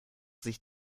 sich